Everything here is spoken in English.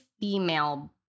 female